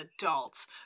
adults